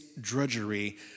drudgery